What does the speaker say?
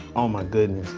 oh my goodness.